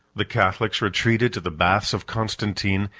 the catholics retreated to the baths of constantine,